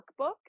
workbook